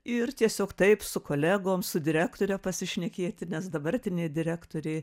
ir tiesiog taip su kolegom su direktore pasišnekėti nes dabartinė direktorė